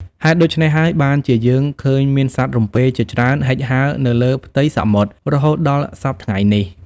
ហេតុដូច្នេះហើយ បានជាយើងឃើញមានសត្វរំពេជាច្រើនហិចហើរ នៅលើផ្ទៃសមុទ្រ រហូតដល់សព្វថ្ងៃនេះ ។